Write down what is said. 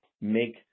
make